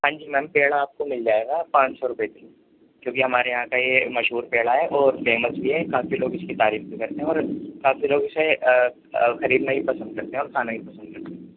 ہاں جی میم پیڑا آپ کو مل جائے گا پانچ سو روپے کیوںکہ ہمارے یہاں کا یہ مشہور پیڑا ہے اور فیمس بھی ہے کافی لوگ اس کی تعریف بھی کرتے ہیں اور کافی لوگ اسے خریدنا بھی پسند کرتے ہیں اور کھانا بھی پسند کرتے ہیں